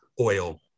oil